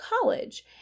college